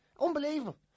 Unbelievable